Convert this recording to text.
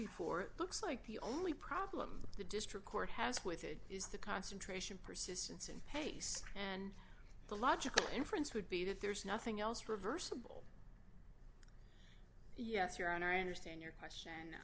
before it looks like the only problem the district court has with it is the concentration persistence and pace and the logical inference would be that there's nothing else reversible yes your honor i understand your